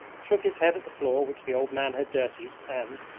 shook his head at the floor which the old man had dirtied and,